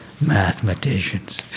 mathematicians